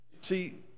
See